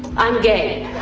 i'm gay